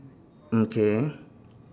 okay